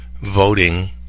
voting